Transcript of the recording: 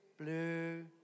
blue